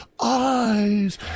eyes